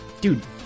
dude